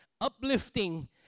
uplifting